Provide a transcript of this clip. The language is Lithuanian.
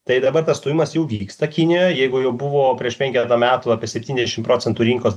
tai dabar tas stūmimas jau vyksta kinijoj jeigu jau buvo prieš penketą metų apie septyndešim procentų rinkos